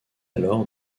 alors